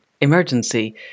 emergency